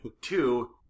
Two